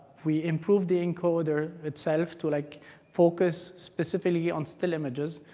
we improved the encoder itself to like focus specifically on still images.